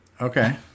Okay